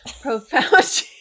profound